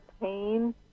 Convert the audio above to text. pain